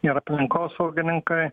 ir aplinkosaugininkai